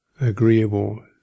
agreeable